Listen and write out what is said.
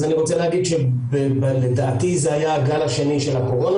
אני רוצה להגיד שלדעתי זה היה הגל השני של הקורונה.